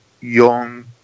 young